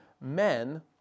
Men